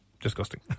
disgusting